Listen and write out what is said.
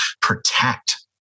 protect